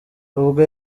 ubwo